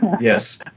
Yes